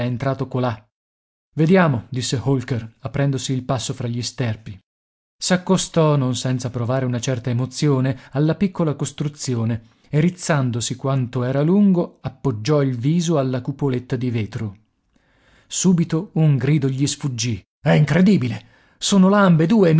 entrato colà vediamo disse holker aprendosi il passo fra gli sterpi s'accostò non senza provare una certa emozione alla piccola costruzione e rizzandosi quanto era lungo appoggiò il viso alla cupoletta di vetro subito un grido gli sfuggì è incredibile sono là